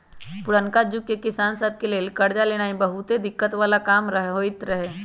पुरनका जुग में किसान सभ के लेल करजा लेनाइ बहुते दिक्कत् बला काम होइत रहै